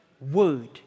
word